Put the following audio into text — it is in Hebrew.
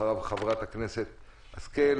אחריו חברת הכנסת השכל,